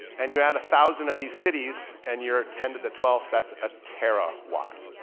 and you add a thousand of these cities and you're attended the twelfth that's a terawatt.